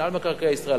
מינהל מקרקעי ישראל,